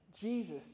Jesus